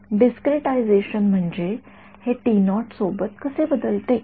विद्यार्थीः डीसक्रिटायजेशन म्हणजे हे सोबत कसे बदलते